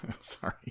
sorry